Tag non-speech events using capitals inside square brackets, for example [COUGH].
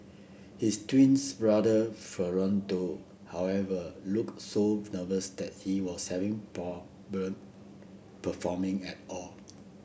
his twins brother Fernando however looked so nervous that he was having [UNINTELLIGIBLE] performing at all